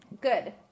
Good